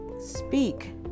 speak